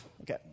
Okay